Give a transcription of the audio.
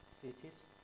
cities